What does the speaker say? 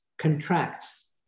contracts